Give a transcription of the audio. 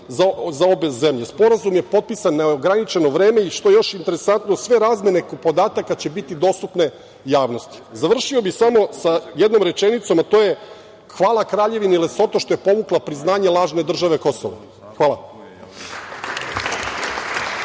za obe zemlje. Sporazum je potpisan na neograničeno vreme i što je još interesantno, sve razmene podataka će biti dostupne javnosti. Završio bih samo sa jednom rečenicom, a to je – hvala Kraljevini Lesoto što je povukla priznanje lažne države Kosovo. Hvala.